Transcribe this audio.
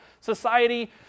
society